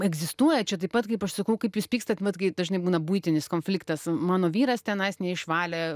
egzistuoja čia taip pat kaip aš sakau kaip jūs pykstat vai kai dažnai būna buitinis konfliktas mano vyras tenais neišvalė